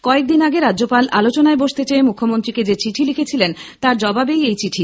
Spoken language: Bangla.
কয়েকদিন আগে রাজ্যপাল আলোচনায় বসতে চেয়ে মুখ্যমন্ত্রীকে যে চিঠি লিখেছিলেন তার জবাবেই এই চিঠি